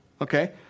okay